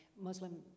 Muslim